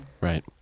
Right